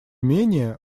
менее